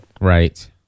right